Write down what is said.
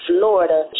Florida